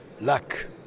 luck